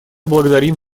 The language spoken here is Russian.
благодарим